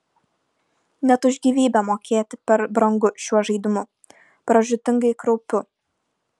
net už gyvybę mokėt per brangu šiuo žaidimu pražūtingai kraupiu